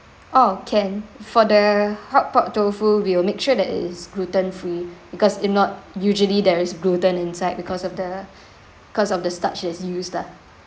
oh can for the hotpot tofu we will make sure that is gluten free because if not usually there is gluten inside because of the because of the starch that's used lah